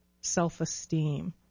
self-esteem